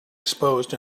exposed